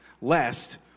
Lest